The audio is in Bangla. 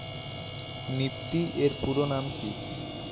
নিফটি এর পুরোনাম কী?